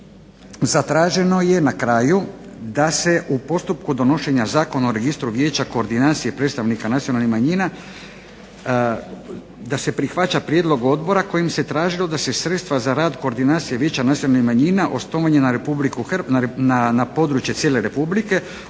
zatraženo je na kraju da se u postupku donošenja Zakona o registru vijeća koordinacije, predstavnika nacionalnih manjina da se prihvaća prijedlog Odbora kojim se tražilo da se sredstva za rad koordinacije vijeća nacionalnih manjina … na područje cijele Republike